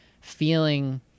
feeling